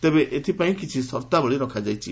ତେବେ ଏଥିପାଇଁ କିଛି ସର୍ଭାବଳୀ ରଖାଯାଇଛି